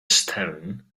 stone